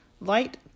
light